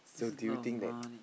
that's a lot of money